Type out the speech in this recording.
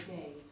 day